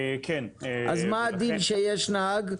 מה הדין כשיש נהג?